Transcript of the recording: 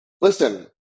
Listen